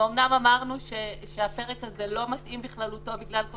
ואומנם אמרנו שהפרק הזה לא מתאים בכללותו בגלל כל